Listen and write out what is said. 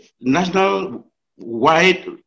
national-wide